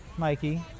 Mikey